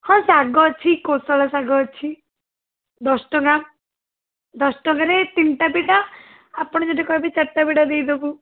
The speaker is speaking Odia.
ହଁ ଶାଗ ଅଛି କୋଶଳା ଶାଗ ଅଛି ଦଶ ଟଙ୍କା ଦଶ ଟଙ୍କାରେ ତିନିଟା ବିଡ଼ା ଆପଣ ଯଦି କହିବେ ଚାରଟା ବିଡ଼ା ଦେଇଦେବୁ